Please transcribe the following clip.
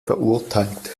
verurteilt